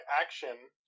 action